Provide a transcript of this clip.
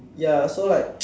ya so like